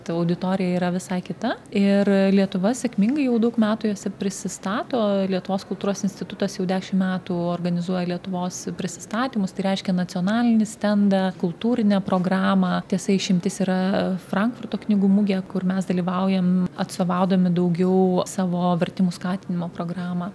ta auditorija yra visai kita ir lietuva sėkmingai jau daug metų jose prisistato lietuvos kultūros institutas jau dešimt metų organizuoja lietuvos prisistatymus tai reiškia nacionalinį stendą kultūrinę programą tiesa išimtis yra frankfurto knygų mugė kur mes dalyvaujam atstovaudami daugiau savo vertimų skatinimo programą